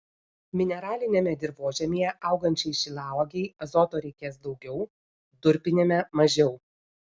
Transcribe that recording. mineraliniame dirvožemyje augančiai šilauogei azoto reikės daugiau durpiniame mažiau